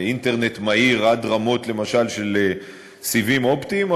אינטרנט מהיר, עד רמות, למשל, של סיבים אופטיים.